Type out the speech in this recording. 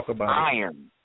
iron